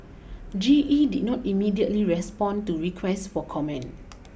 G E did not immediately respond to requests for comment